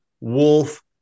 wolf